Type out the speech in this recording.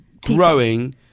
growing